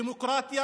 דמוקרטיה,